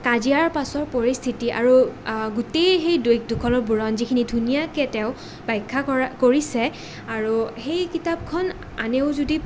কাজিয়াৰ পাছৰ পৰিস্থিতি আৰু গোটেই সেই দেশ দুখনৰ বুৰঞ্জীখিনি ধুনীয়াকৈ তেওঁ ব্যাখ্যা কৰা কৰিছে আৰু সেই কিতাপখন আনেও যদি